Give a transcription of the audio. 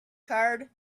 card